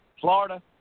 Florida